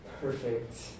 perfect